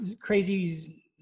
crazy